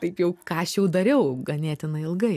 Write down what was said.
taip jau ką aš jau dariau ganėtinai ilgai